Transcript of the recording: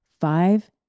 five